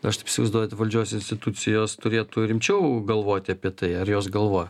aš taip įsivaizduoju valdžios institucijos turėtų rimčiau galvoti apie tai ar jos galvoja